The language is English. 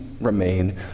remain